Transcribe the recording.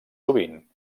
sovint